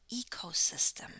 ecosystem